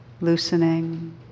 loosening